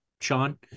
Sean